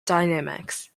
dynamics